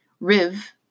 Riv